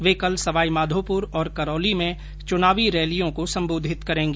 वे कल सवाईमाधोप्र और करौली में चुनावी रैलियों को सम्बोधित करेंगी